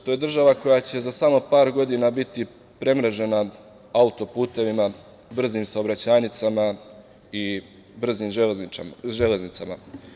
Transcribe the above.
To je država koja će za samo par godina biti premrežena auto-putevima, brzim saobraćajnicama i brzim železnicama.